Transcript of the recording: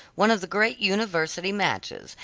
one of the great university matches,